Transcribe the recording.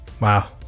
Wow